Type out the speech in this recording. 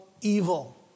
evil